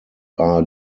are